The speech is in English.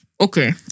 okay